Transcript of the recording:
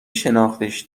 شناختیش